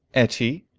etty,